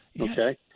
Okay